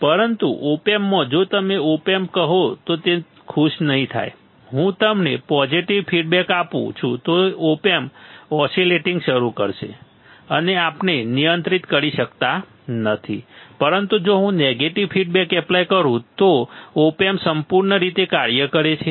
પરંતુ ઓપ એમ્પમાં જો તમે ઓપ એમ્પ કહો તો તે ખુશ નહીં થાય હું તમને પોઝિટિવ ફીડબેક આપું છું તો ઓપ એમ્પ ઓસીલેટિંગ શરૂ કરશે અને આપણે નિયંત્રિત કરી શકતા નથી પરંતુ જો હું નેગેટિવ ફીડબેક એપ્લાય કરું તો ઓપ એમ્પ સંપૂર્ણ રીતે કાર્ય કરે છે